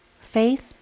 Faith